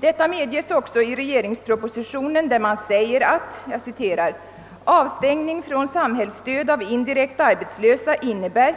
Detta medges också i proposi tionen i vilken det framhålles att »avstängning från samhällsstöd av indirekt arbetslösa innebär